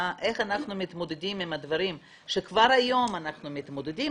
איך אנחנו מתמודדים עם הדברים שכבר היום אנחנו מתמודדים,